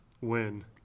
win